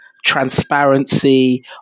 transparency